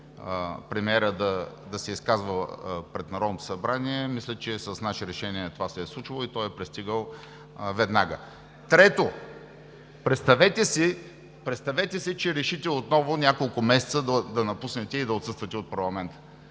премиерът да се изказва пред Народното събрание, мисля, че с наше решение това се е случвало и той е пристигал веднага. Трето, представете си, че решите отново няколко месеца да напуснете и да отсъствате от парламента.